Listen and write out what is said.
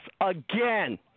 again